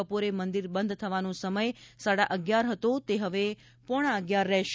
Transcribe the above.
બપોરે મંદિર બંધ થવાનો સમય સાડા અગિયાર હતો તે હવે પોણા અગિયાર રહેશે